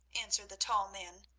answered the tall man,